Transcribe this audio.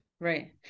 Right